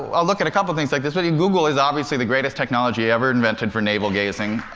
ah i'll look at a couple of things like this, but google is obviously the greatest technology ever invented for navel gazing.